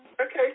Okay